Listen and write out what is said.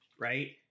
right